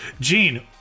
Gene